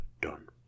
done